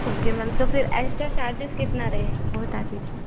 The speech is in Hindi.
ओके मैम तो फिर ऐस्का चार्जेज कितना रहे बता दीजिए